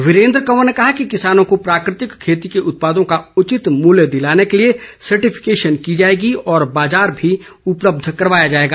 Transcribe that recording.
वीरेन्द्र कंवर ने कहा कि किसानों को प्राकृतिक खेती के उत्पादों का उचित मूल्य दिलाने के लिए सर्टिफिकेशन की जाएगी और बाज़ार भी उपलब्ध करवाया जाएगा